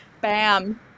Bam